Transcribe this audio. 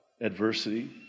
adversity